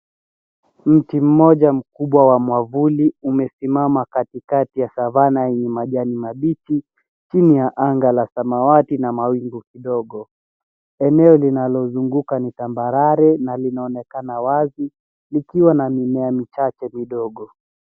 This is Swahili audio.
Mti mmoja mkubwa wa mwavuli umesimama katikati ya savanna yenye majani mabichi, chini ya anga la samawati na mawingu kidogo. Eneo linalozunguka ni tambarare na linaonekana wazi likiwa na mimea michache midogo.